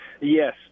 yes